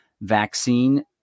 vaccine